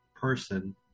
person